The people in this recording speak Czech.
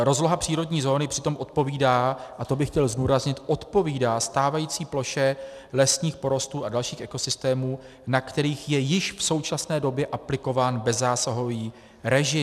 Rozloha přírodní zóny přitom odpovídá, a to bych chtěl zdůraznit, odpovídá stávající ploše lesních porostů a dalších ekosystémů, na kterých je již v současné době aplikován bezzásahový režim.